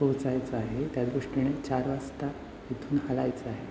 पोहोचायचं आहे त्या दृष्टीने चार वाजता इथून हलायचं आहे